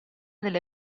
delle